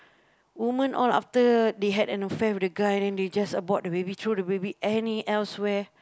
woman all after they had an affair with the guy then they just abort the baby throw the baby any elsewhere